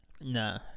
Nah